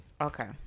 Okay